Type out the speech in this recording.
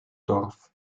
dorf